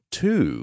two